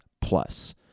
plus